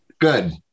good